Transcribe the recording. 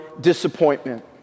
disappointment